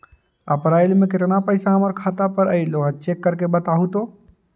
अप्रैल में केतना पैसा हमर खाता पर अएलो है चेक कर के बताहू तो?